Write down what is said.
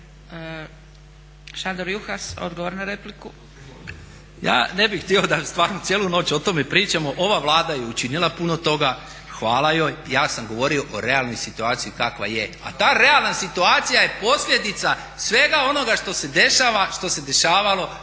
Šandor (Nezavisni)** Ja ne bih htio da stvarno cijelu noć o tome pričamo. Ova Vlada je učinila puno toga, hvala joj. Ja sam govorio o realnoj situaciji kakva je, a ta realna situacija je posljedica svega onoga što se dešava, što se dešavalo